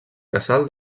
casal